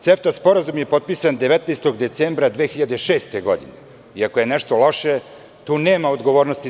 CEFTA sporazum je potpisan 19. decembra 2006. godine i ako je nešto loše tu nema odgovornosti DS.